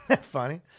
Funny